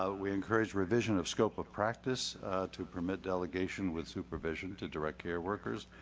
ah we encouraged revision of scope of practice to permit delegation with supervision to direct care workers.